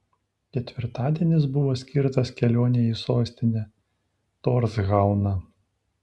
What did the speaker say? ketvirtadienis buvo skirtas kelionei į sostinę torshauną